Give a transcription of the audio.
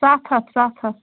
سَتھ ہَتھ سَتھ ہَتھ